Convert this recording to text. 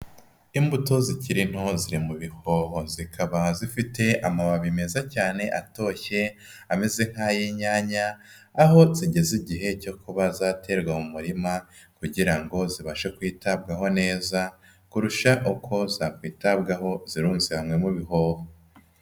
Imbuto zikiri nto ziri mu bihoho, zikaba zifite amababi meza cyane atoshye ameze nk'ay'inyanya, aho zigeze igihe cyo kuba zaterwa mu murima, kugira ngo zibashe kwitabwaho neza, kurusha uko zakwitabwaho zirunze hamwe mu bihoho.